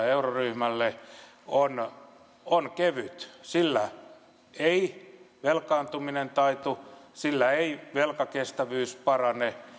euroryhmälle antanut on kevyt sillä ei velkaantuminen taitu sillä ei velkakestävyys parane